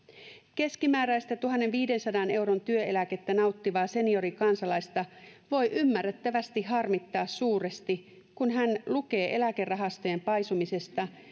keskimääräistä tuhannenviidensadan euron työeläkettä nauttivaa seniorikansalaista voi ymmärrettävästi harmittaa suuresti kun hän lukee eläkerahastojen paisumisesta